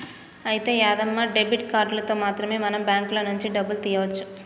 అయితే యాదమ్మ డెబిట్ కార్డులతో మాత్రమే మనం బ్యాంకుల నుంచి డబ్బులు తీయవచ్చు